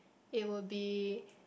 it will be